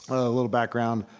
a little background.